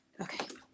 Okay